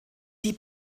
die